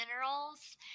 minerals